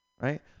right